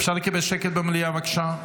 בעד אפשר לקבל שקט במליאה, בבקשה?